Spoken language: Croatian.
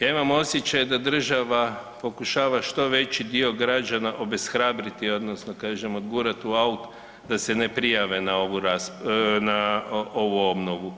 Ja imam osjećaj da država pokušava što veći dio građana obeshrabriti odnosno kažem odgurat u out da se ne prijave na ovu obnovu